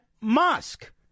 Musk